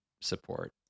support